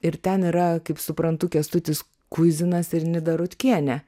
ir ten yra kaip suprantu kęstutis kuizinas ir nida rutkienė